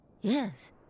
Yes